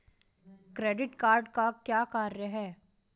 Credit card का क्या कार्य है?